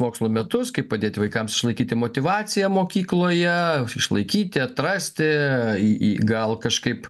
mokslo metus kaip padėti vaikams išlaikyti motyvaciją mokykloje išlaikyti atrasti į gal kažkaip